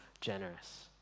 generous